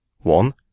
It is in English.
One